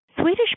Swedish